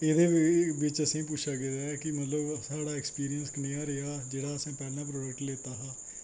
एह्दै बिच्च असें पुच्छेआ गेदा ऐ कि मतलव साढ़ा कनेहा अक्सपिरिंस रेहा जेह्ड़ा असैं पैह्लैं प्रोडैक्ट लैत्ता हा